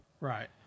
Right